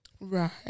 Right